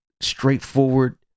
straightforward